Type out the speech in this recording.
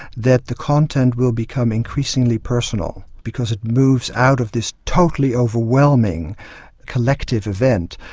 that the content will become increasingly personal, because it moves out of this totally overwhelming collective event,